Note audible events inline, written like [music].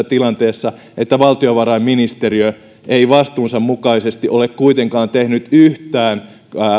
[unintelligible] tilanteessa että valtiovarainministeriö ei vastuunsa mukaisesti ole tehnyt yhtään